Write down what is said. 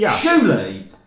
surely